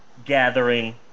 gathering